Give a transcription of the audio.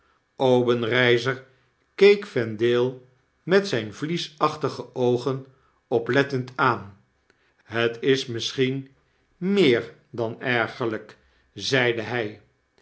obenreizer keek vendale met zyn vliesachtige oogen oplettend aan het is misschien meer dan ergerlyk zeide hy